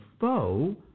foe